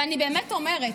ואני באמת אומרת,